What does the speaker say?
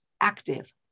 active